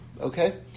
Okay